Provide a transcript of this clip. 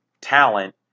talent